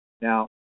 Now